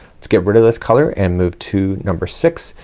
let's get rid of this color and move to number six,